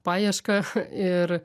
paiešką ir